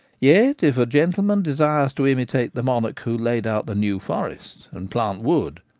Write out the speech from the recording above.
yet if a gentleman desires to imitate the monarch who laid out the new forest and plant wood,